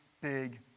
big